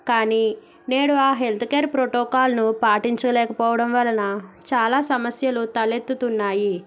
కానీ నేడు ఆ హెల్త్కేర్ ప్రోటోకాల్ను పాటించలేకపోవడం వలన చాలా సమస్యలు తలెత్తుతున్నాయి